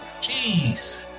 Jeez